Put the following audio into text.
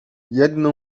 jedną